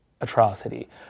atrocity